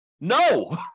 No